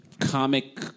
comic